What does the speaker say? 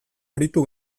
aritu